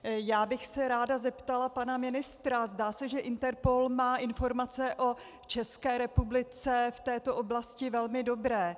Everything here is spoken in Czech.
Ráda bych se zeptala pana ministra: Zdá se, že Interpol má informace o České republice v této oblasti velmi dobré.